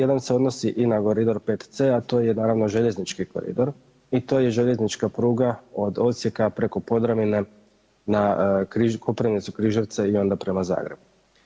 Jedan se odnosi i na koridor 5C a to je naravno željeznički koridor i to je željeznička pruga od Osijeka preko Podravine na Koprivnicu, Križevce i onda prema Zagrebu.